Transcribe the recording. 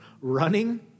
running